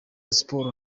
siporo